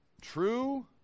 true